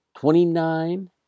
Twenty-nine